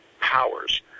powers